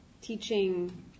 teaching